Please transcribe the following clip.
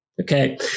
Okay